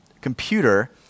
computer